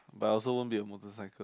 but I also won't be a motorcycle